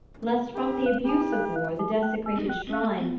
lest from the abuse of war, the desecrated shrine,